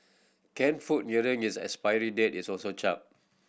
canned food nearing is expiry date is also chucked